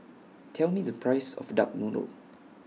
Tell Me The Price of Duck Noodle